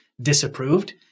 disapproved